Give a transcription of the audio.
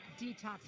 detox